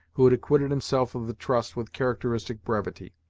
who had acquitted himself of the trust with characteristic brevity.